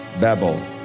Babel